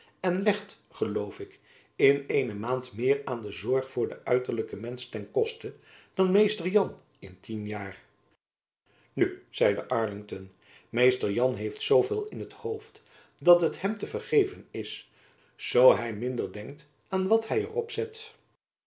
en legt geloof ik in eene maand meer aan de zorg voor den uiterlijken mensch ten koste dan mr jan in tien jaar nu zeide arlington mr jan heeft zooveel in het hoofd dat het hem te vergeven is zoo hy minder denkt aan wat hy er op zet